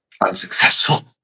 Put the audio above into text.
unsuccessful